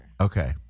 Okay